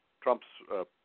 Trump's